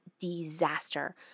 disaster